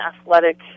athletic